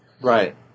Right